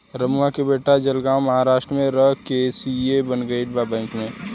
रमुआ के बेटा जलगांव महाराष्ट्र में रह के सी.ए बन गईल बा बैंक में